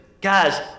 guys